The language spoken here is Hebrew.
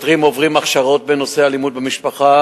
השוטרים עוברים הכשרות בנושא אלימות במשפחה.